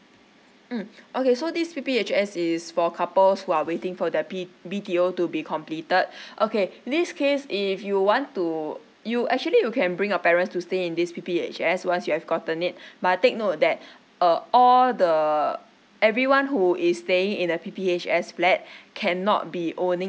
mm okay so this P_P_H_S is for couples who are waiting for the B B_T_O to be completed okay in this case if you want to you actually you can bring your parents to stay in this P_P_H_S once you have gotten it but take note that uh all the everyone who is staying in a P_P_H_S flat cannot be owning